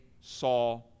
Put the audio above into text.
saw